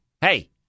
hey